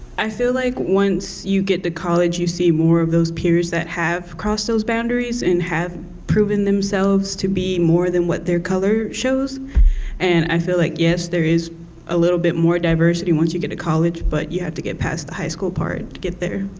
i feel like once you get to college you see more of those peers that have crossed those boundaries and have proven themselves to be more than what their color shows and i feel like, yes there is a little bit more diversity once you get to college but you have to get past the high school part to get there.